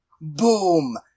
Boom